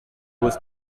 was